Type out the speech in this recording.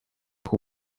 who